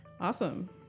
Awesome